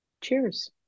Cheers